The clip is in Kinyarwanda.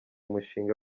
mushinga